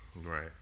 Right